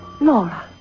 Laura